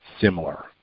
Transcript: similar